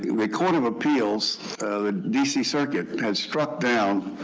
the court of appeals the dc circuit had struck down